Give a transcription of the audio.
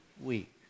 week